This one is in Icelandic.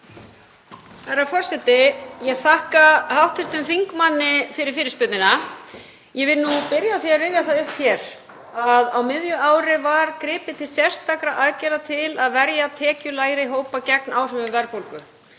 Herra forseti. Ég þakka hv. þingmanni fyrir fyrirspurnina. Ég vil byrja á því að rifja það upp hér að á miðju ári var gripið til sérstakra aðgerða til að verja tekjulægri hópa gegn áhrifum verðbólgu.